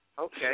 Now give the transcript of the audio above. Okay